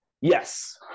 yes